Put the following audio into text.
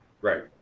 Right